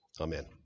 Amen